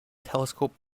telescope